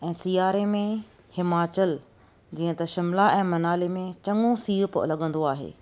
ऐं सिआरे में हिमाचल जीअं त शिमला ऐं मनाली में चङो सीअ लॻंदो आहे